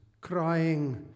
crying